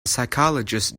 psychologist